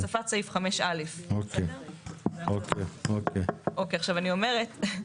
הוספת סעיף 5א. עכשיו, אני אומרת,